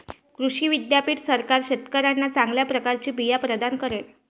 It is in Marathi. कृषी विद्यापीठ सरकार शेतकऱ्यांना चांगल्या प्रकारचे बिया प्रदान करेल